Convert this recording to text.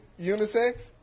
unisex